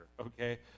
Okay